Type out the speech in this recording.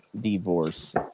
divorce